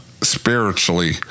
spiritually